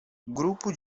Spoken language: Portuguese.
grupo